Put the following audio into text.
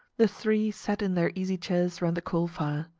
the three sat in their easy-chairs round the coal fire.